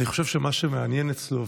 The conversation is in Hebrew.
אני חושב שמה שמעניין אצלו,